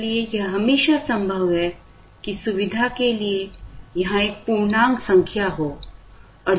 इसलिए यह हमेशा संभव है कि सुविधा के लिए यहां एक पूर्णांक संख्या हो